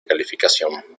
calificación